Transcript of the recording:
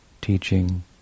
teaching